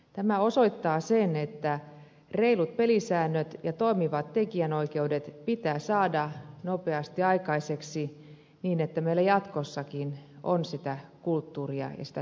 tämä osoittaa sen että reilut pelisäännöt ja toimivat tekijänoikeudet pitää saada nopeasti aikaiseksi niin että meillä jatkossakin on sitä kulttuuria ja sitä sisällöntuotantoa